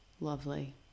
Lovely